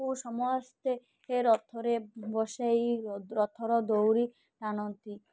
ଓ ସମସ୍ତେ ଏ ରଥରେ ବସାଇ ରଥର ଦୌଡ଼ି ଟାଣନ୍ତି